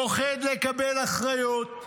פוחד לקבל אחריות,